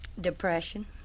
Depression